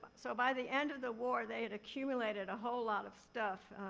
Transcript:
so by the end of the war, they had accumulated a whole lot of stuff.